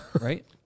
Right